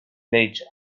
nature